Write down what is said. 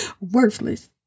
worthless